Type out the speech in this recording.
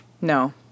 No